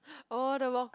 oh